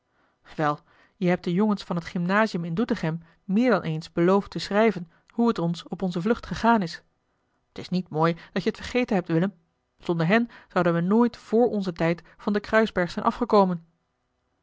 wel je hebt de jongens van het gymnasium in doetinchem meer dan eens beloofd te schrijven hoe het ons op onze vlucht gegaan is t is niet mooi dat je het vergeten hebt willem zonder hen zouden we nooit vr onzen tijd van den kruisberg zijn afgekomen